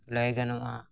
ᱞᱟᱹᱭ ᱜᱟᱱᱚᱜᱼᱟ